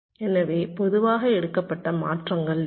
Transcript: எனவே பொதுவாக எடுக்கப்பட்ட மாற்றங்கள் எது